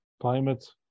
climate